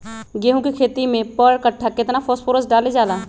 गेंहू के खेती में पर कट्ठा केतना फास्फोरस डाले जाला?